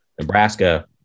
Nebraska